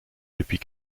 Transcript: depuis